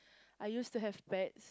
I use to have pets